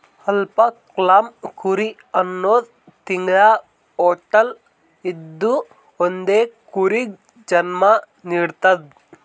alpaca llama ಕುರಿ ಹನ್ನೊಂದ್ ತಿಂಗ್ಳ ಹೊಟ್ಟಲ್ ಇದ್ದೂ ಒಂದೇ ಕರುಗ್ ಜನ್ಮಾ ನಿಡ್ತದ್